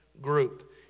group